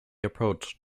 approach